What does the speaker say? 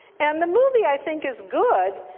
and the movie i think is good.